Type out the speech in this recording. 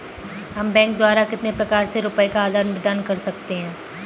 हम बैंक द्वारा कितने प्रकार से रुपये का आदान प्रदान कर सकते हैं?